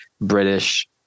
British